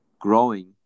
growing